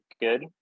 good